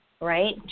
right